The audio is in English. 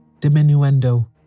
Diminuendo